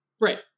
Right